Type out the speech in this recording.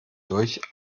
durch